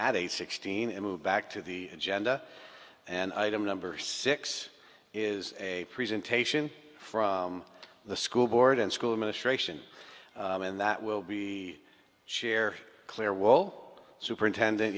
at age sixteen and move back to the genda and item number six is a presentation from the school board and school administration and that will be share clearwell superintendent